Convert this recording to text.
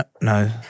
No